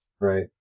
Right